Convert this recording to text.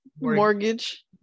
mortgage